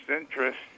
interest